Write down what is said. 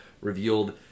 revealed